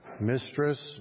mistress